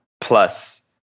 plus